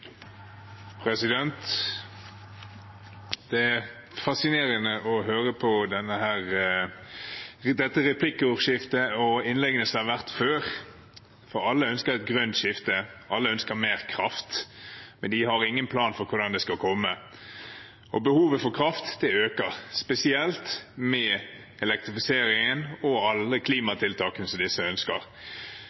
innleggene som har vært holdt, for alle ønsker et grønt skifte, alle ønsker mer kraft, men de har ingen plan for hvordan det skal komme. Behovet for kraft øker, spesielt med elektrifiseringen og alle klimatiltakene som de ønsker.